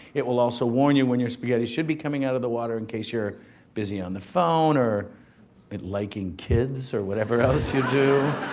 it will also warn you when your spaghetti should be coming out of the water, in case you're busy on the phone or liking liking kids or whatever else you do.